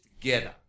together